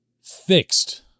fixed